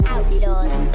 Outlaws